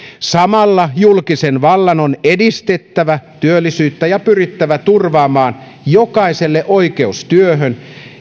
samalla julkisen vallan on edistettävä työllisyyttä ja pyrittävä turvaamaan jokaiselle oikeus työhön